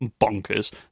bonkers